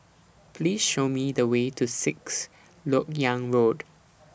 Please Show Me The Way to Sixth Lok Yang Road